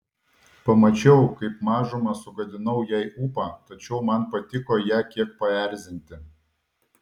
pamačiau kaip mažumą sugadinau jai ūpą tačiau man patiko ją kiek paerzinti